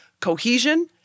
cohesion